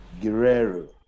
Guerrero